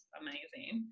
amazing